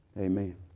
amen